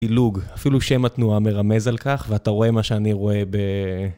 פילוג, אפילו שם התנועה מרמז על כך ואתה רואה מה שאני רואה ב...